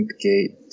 gate